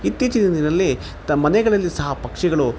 ಇತ್ತೀಚಿನ ದಿನದಲ್ಲಿ ತ ಮನೆಗಳಲ್ಲಿ ಸಹ ಪಕ್ಷಿಗಳು